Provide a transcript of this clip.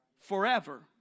forever